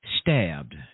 stabbed